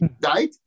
died